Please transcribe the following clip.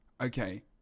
okay